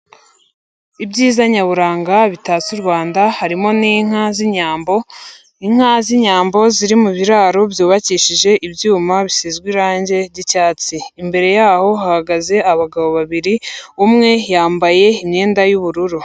Ibyiza nyaburanga bitatse u Rwanda harimo n'inka z'Inyambo, inka z'Inyambo ziri mu biraro byubakishije ibyuma bisizwe irange ry'icyatsi, imbere yaho hahagaze abagabo babiri umwe yambaye imyenda y'ubururu.